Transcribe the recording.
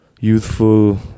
youthful